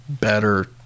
better